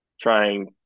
trying